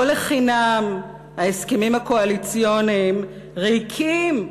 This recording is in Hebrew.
לא לחינם ההסכמים הקואליציוניים ריקים,